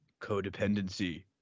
codependency